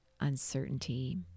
uncertainty